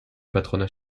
patronat